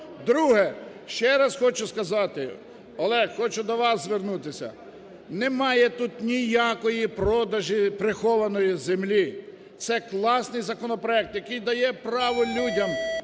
Друге. Ще раз хочу сказати, Олег, хочу до вас звернутися. Немає тут ніякої продажі прихованої землі. Це класний законопроект, який дає право людям,